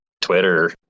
twitter